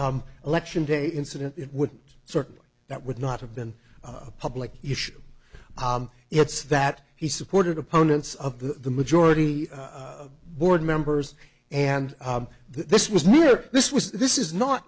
election day incident it wouldn't certainly that would not have been a public issue it's that he supported opponents of the the majority of board members and this was near this was this is not